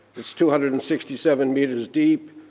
it's two hundred and sixty seven meters deep.